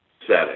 setting